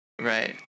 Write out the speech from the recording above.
Right